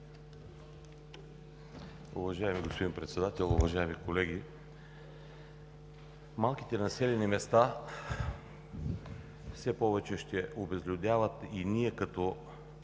Уважаеми господин Председател, уважаеми колеги! Малките населени места все повече ще обезлюдяват. Ние като